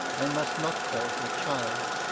i must not call her child,